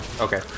Okay